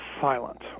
silent